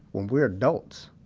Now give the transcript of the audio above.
when we're adults,